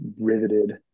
riveted